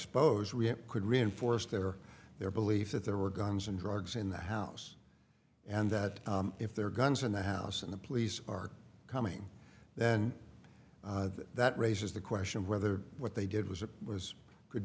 suppose we could reinforce their their belief that there were guns and drugs in the house and that if there are guns in the house and the police are coming then that raises the question of whether what they did was a was could